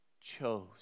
chose